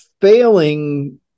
failing